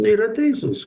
yra teisūs